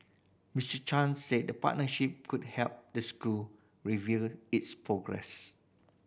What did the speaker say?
Miss Chan said the partnership could help the school review its progress